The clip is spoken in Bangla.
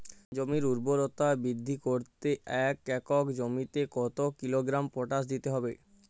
জমির ঊর্বরতা বৃদ্ধি করতে এক একর জমিতে কত কিলোগ্রাম পটাশ দিতে হবে?